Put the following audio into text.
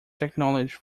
technology